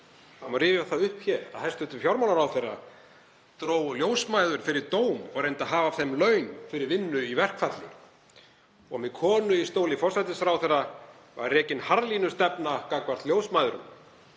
Það má rifja það upp hér að hæstv. fjármálaráðherra dró ljósmæður fyrir dóm og reyndi að hafa af þeim laun fyrir vinnu í verkfalli. Og með konu í stóli forsætisráðherra var rekin harðlínustefna gagnvart ljósmæðrum.